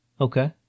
Okay